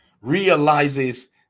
realizes